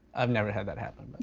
i've never had that happen.